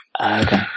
Okay